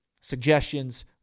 suggestions